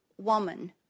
woman